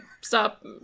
Stop